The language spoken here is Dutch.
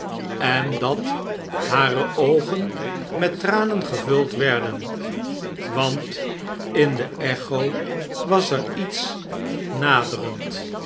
en dat hare oogen met tranen gevuld werden want in de echo was er iets naderend